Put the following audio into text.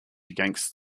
against